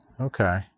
Okay